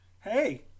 hey